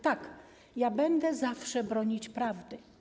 Tak, ja będę zawsze bronić prawdy.